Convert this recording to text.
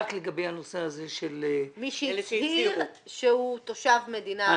רק לגבי הנושא הזה של -- מי שהצהיר שהוא תושב מדינה זרה